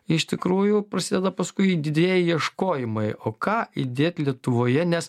iš tikrųjų prasideda paskui didieji ieškojimai o ką įdėt lietuvoje nes